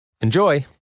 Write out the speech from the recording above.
Enjoy